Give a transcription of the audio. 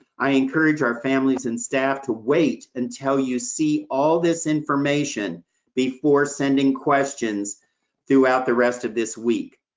i encourage our families and staff to wait until you see all this information before sending questions throughout the rest of this week,